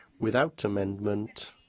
without amendment